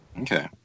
Okay